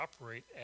operate